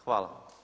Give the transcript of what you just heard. Hvala.